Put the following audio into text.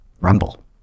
Rumble